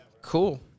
Cool